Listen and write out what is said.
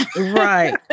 Right